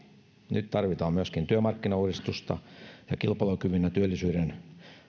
nyt tarvitaan myöskin työmarkkinauudistusta kilpailukyvyn ja työllisyyden